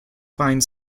fine